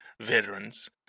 veterans